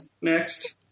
Next